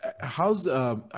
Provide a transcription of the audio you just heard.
How's